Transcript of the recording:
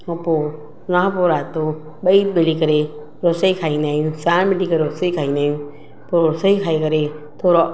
खां पोइ हुन खां पोइ राति जो ॿई मिली करे रसोई खाईंदायूं साणि मिली करे रसोई खाईंदा आहियूं पोइ रसोई खाई करे थोरो